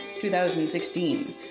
2016